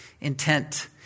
intent